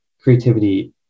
creativity